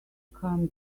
come